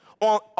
on